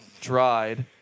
dried